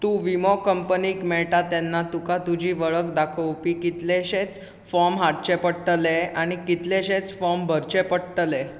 तूं विमो कंपनीक मेळटा तेन्ना तुका तुजी वळख दाखोवपी कितलेशेच फॉर्म हाडचे पडटले आनी कितलेशेच फॉर्म भरचे पडटले